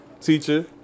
Teacher